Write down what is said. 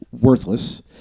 worthless